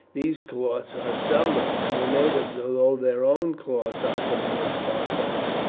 these cloths are sombre, and the natives, although their own cloths are for the most part dark,